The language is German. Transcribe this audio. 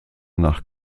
nach